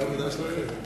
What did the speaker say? ההצעה לכלול את